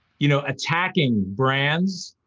you know, attacking brands.